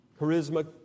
charisma